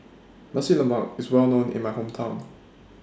Nasi Lemak IS Well known in My Hometown